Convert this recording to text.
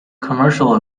commercial